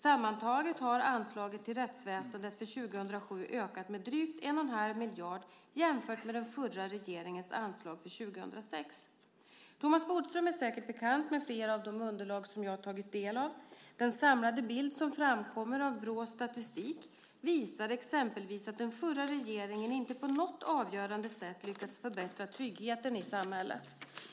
Sammantaget har anslaget till rättsväsendet för 2007 ökat med drygt 1 1⁄2 miljard jämfört med den förra regeringens anslag för 2006. Thomas Bodström är säkert bekant med flera av de underlag jag tagit del av. Den samlade bild som framkommer av Brås statistik visar exempelvis att den förra regeringen inte på något avgörande sätt lyckats förbättra tryggheten i samhället.